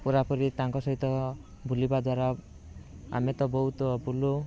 ପୁରାପୁରି ତାଙ୍କ ସହିତ ବୁଲିବାଦ୍ବାରା ଆମେ ତ ବହୁତ ବୁଲୁ